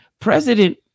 President